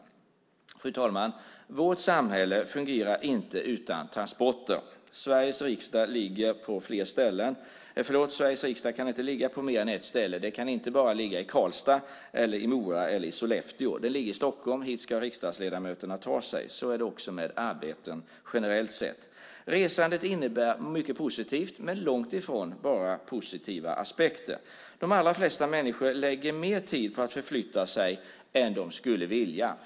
Fru talman! Vårt samhälle fungerar inte utan transporter. Sveriges riksdag kan inte ligga på mer än ett ställe - den kan inte ligga i Karlstad, Mora eller Sollefteå. Den ligger i Stockholm, och dit ska riksdagsledamöterna ta sig. Så är det också med arbeten generellt sett. Resandet innebär mycket positivt men långtifrån bara positiva aspekter. De allra flesta människor lägger mer tid på att förflytta sig än de skulle vilja.